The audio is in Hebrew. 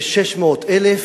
כ-600,000,